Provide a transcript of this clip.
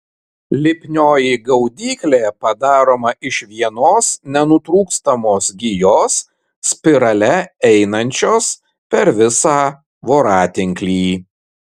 lipnioji gaudyklė padaroma iš vienos nenutrūkstamos gijos spirale einančios per visą voratinklį